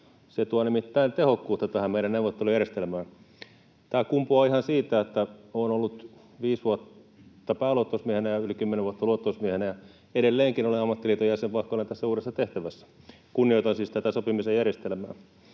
Se tuo nimittäin tehokkuutta tähän meidän neuvottelujärjestelmään. Tämä kumpuaa ihan siitä, että olen ollut viisi vuotta pääluottamusmiehenä ja yli kymmenen vuotta luottamusmiehenä ja edelleenkin olen ammattiliiton jäsen, vaikka olen tässä uudessa tehtävässä. Kunnioitan siis tätä sopimisen järjestelmää.